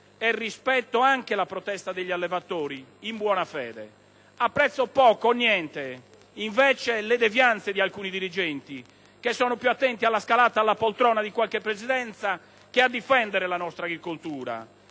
e rispetto anche la protesta degli allevatori, in buona fede. Apprezzo poco o niente, invece, le devianze di alcuni dirigenti, che sono più attenti alla scalata alla poltrona di qualche presidenza che non a difendere la nostra agricoltura.